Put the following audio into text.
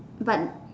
but